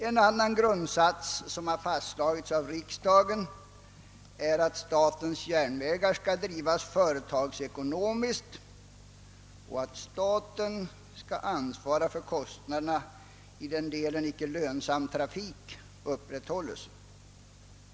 En annan grundsats som fastslagits av riksdagen är att SJ skall drivas företagsekonomiskt och att staten skall ansvara för kosinaderna i den del en icke lönsam trafik upprätthålles.